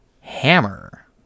Hammer